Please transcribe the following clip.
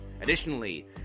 additionally